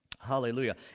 Hallelujah